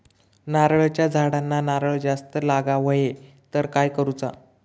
नारळाच्या झाडांना नारळ जास्त लागा व्हाये तर काय करूचा?